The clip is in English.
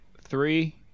Three